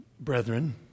brethren